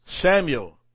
Samuel